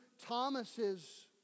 Thomas's